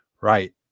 Right